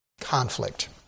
conflict